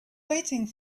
waiting